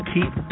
Keep